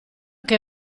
che